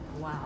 Wow